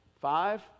five